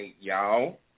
y'all